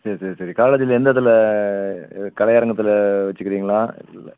சரி சரி சரி காலேஜில் எந்த இதில் கலையரங்கத்தில் வச்சுக்குறீங்களா